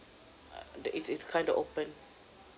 uh it's it's kind of open